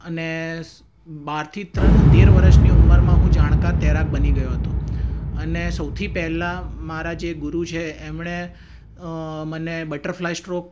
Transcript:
અને બાર થી તેર વર્ષની ઉંમરમાં હું જાણકાર તૈરાક બની ગયો હતો અને સૌથી પહેલાં મારા જે ગુરુ છે એમણે મને બટરફ્લાય સ્ટ્રોક